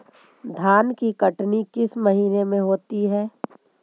धान की कटनी किस महीने में होती है?